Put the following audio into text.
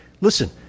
listen